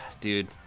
dude